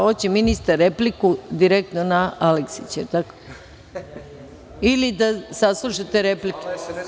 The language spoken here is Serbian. Hoće ministar repliku direktno na Aleksića, ili da saslušate replike?